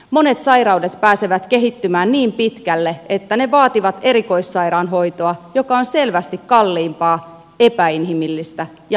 monet sairaudet pääsevät kehittymään niin pitkälle että ne vaativat erikoissairaanhoitoa joka on selvästi kalliimpaa epäinhimillistä ja monimutkaista